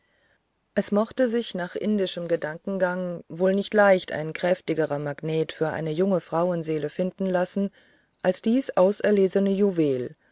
es mochte sich nach indischem gedankengang wohl nicht leicht ein kräftigerer magnet für eine junge frauenseele finden lassen als dies auserlesene juwel